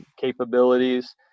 capabilities